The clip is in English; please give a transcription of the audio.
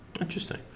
Interesting